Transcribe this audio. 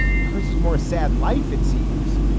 hers is more sad life, it seems.